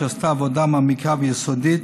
שעשתה עבודה מעמיקה ויסודית,